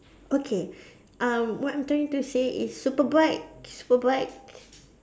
okay um what I'm trying to say is super bike super bike